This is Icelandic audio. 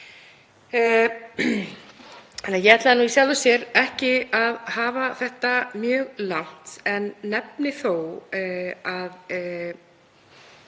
Ég ætlaði í sjálfu sér ekki að hafa þetta mjög langt en nefni þó að